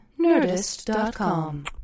Nerdist.com